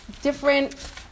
Different